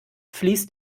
fließt